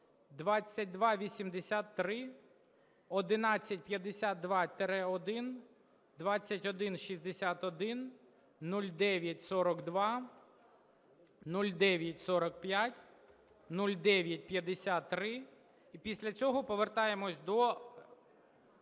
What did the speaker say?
2283, 1152-1, 2161, 0942, 0945, 0953. І після цього повертаємося до